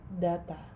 data